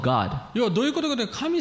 God